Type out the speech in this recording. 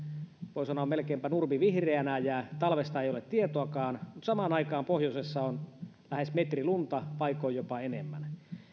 voi sanoa melkeinpä nurmi vihreänä ja talvesta ei ole tietoakaan mutta samaan aikaan pohjoisessa on lähes metri lunta paikoin jopa enemmän